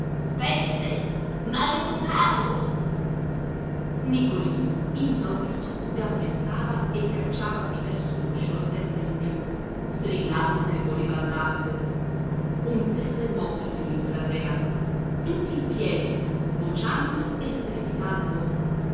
peste maleducato nicolino impaurito sgambettava e cacciavasi verso l'uscio a testa in giù strillando che voleva andarsene un terremoto giù in platea tutti in piedi vociando e strepitando